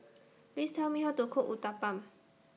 Please Tell Me How to Cook Uthapam